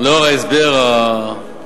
לאור ההסבר המנומק,